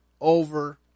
over